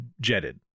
jetted